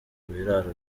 biraro